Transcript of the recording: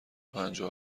پنجاه